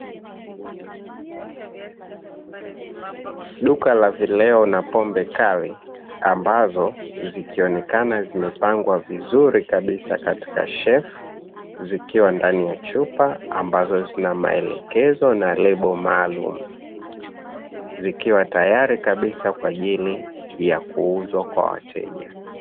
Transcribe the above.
Duka la vileo na pombe kali ambazo zikionekana zimepangwa vizuri kabisa katika shelfu, zikiwa ndani ya chupa ambazo zina maelekezo na lebo maalumu zikiwa tayari kabisa kwa ajili ya kuuzwa kwa wateja.